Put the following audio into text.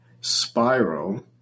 Spiral